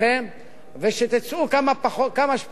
שיהיו לנו פחות שרפות ופחות אירועים.